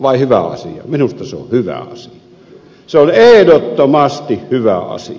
minusta se on hyvä asia se on ehdottomasti hyvä asia